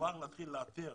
להתחיל לאתר